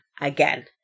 again